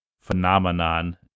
phenomenon